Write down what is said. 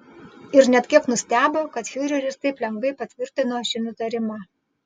ir net kiek nustebo kad fiureris taip lengvai patvirtino šį nutarimą